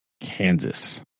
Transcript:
Kansas